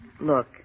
Look